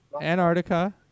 Antarctica